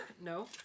No